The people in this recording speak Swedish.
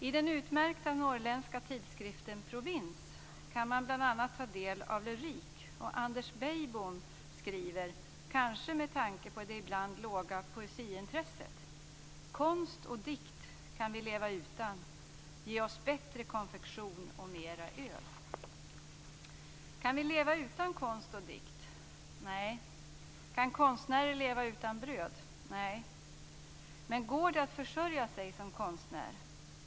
I den utmärkta norrländska tidskriften Provins kan man bl.a. ta del av lyrik. Anders Beijbom skriver, kanske med tanke på det ibland låga poesiintresset: "konst och dikt kan vi leva utan, ge oss bättre konfektion och mera öl." Kan vi leva utan konst och dikt? Nej. Kan konstnären leva utan bröd? Nej. Men går det att försörja sig som konstnär?